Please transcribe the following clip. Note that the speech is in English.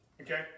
Okay